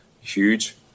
huge